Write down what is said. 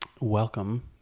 welcome